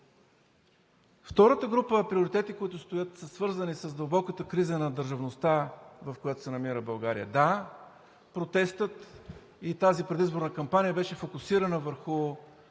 Втората група приоритети, които стоят, са свързани с дълбоката криза на държавността, в която се намира България. Да, протестът и тази предизборна кампания беше фокусирана върху